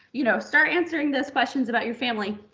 you know, start answering this questions about your family.